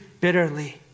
bitterly